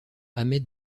ahmed